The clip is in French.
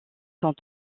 sont